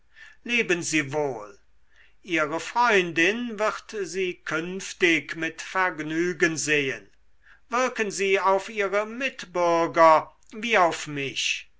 leben sie wohl ihre freundin wird sie künftig mit vergnügen sehen wirken sie auf ihre mitbürger wie auf mich